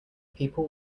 people